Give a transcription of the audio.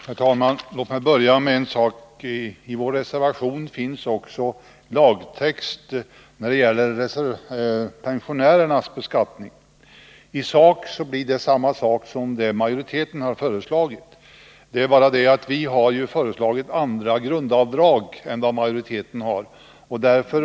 Herr talman! Låt mig börja med att säga att i vår reservation finns också lagtext när det gäller pensionärernas beskattning. I sak blir det detsamma som majoriteten har föreslagit. Det är bara det att vi har föreslagit andra grundavdrag än majoriteten har gjort.